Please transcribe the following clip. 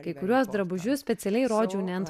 kai kuriuos drabužius specialiai rodžiau ne ant